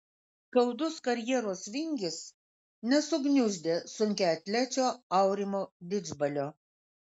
skaudus karjeros vingis nesugniuždė sunkiaatlečio aurimo didžbalio